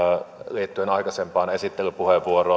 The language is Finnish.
liittyen aikaisempaan esittelypuheenvuoroon